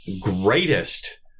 greatest